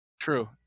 True